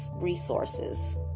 resources